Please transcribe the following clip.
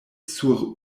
sur